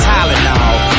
Tylenol